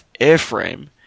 airframe